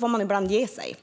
får man ibland ge sig.